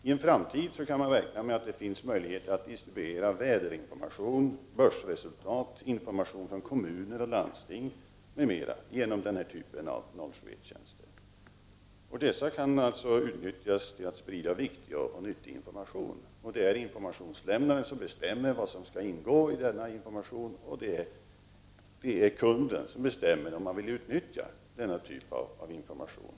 I en framtid kan man räkna med att det finns möjligheter att distribuera väderinformation, börsresultat, information från kommuner och landsting, m.m. genom denna typ av 071-tjänster. Dessa tjänster kan utnyttjas till att sprida viktig och nyttig information. Informationslämnaren bestämmer vad som skall ingå i informationen, och kunden bestämmer om han vill utnyttja denna typ av information.